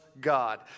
God